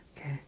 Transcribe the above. okay